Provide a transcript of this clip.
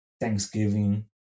Thanksgiving